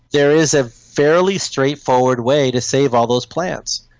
there is a fairly straightforward way to save all those plants.